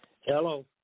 Hello